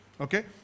okay